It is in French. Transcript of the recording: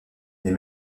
les